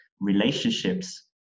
relationships